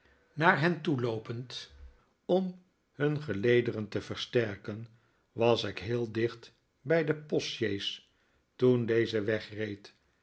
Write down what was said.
naar hen toeloopend om hun gelederen te versterken was ik heel dicht bij de postsjees toen deze wegreed